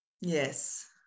Yes